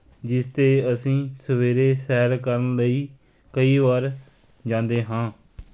ਜਿਸ 'ਤੇ ਅਸੀਂ ਸਵੇਰੇ ਸੈਰ ਕਰਨ ਲਈ ਕਈ ਵਾਰ ਜਾਂਦੇ ਹਾਂ